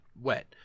wet